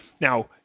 Now